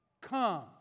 Come